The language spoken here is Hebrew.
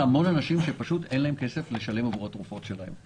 המון אנשים שפשוט אין להם כסף לשלם עבור התרופות שלהם,